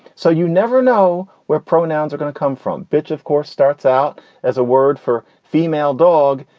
so you never know where pronouns are gonna come from. which, of course, starts out as a word for female dog.